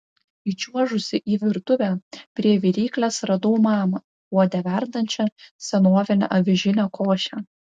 įčiuožusi į virtuvę prie viryklės radau mamą puode verdančią senovinę avižinę košę